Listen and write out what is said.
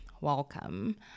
welcome